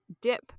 dip